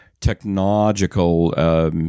technological